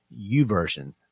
uversion